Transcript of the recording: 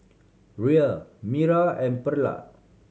Rhea Mira and Perla